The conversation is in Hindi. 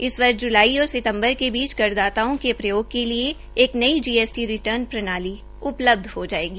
इस वर्ष ज्लाई और सितम्बर के बीच करदाताओं के प्रयोग के लिये एक नई जीएसटी रिर्टन प्रणाली उपलब्ध हो जायेगी